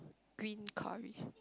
green curry